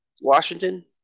Washington